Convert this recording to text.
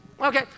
Okay